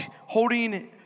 holding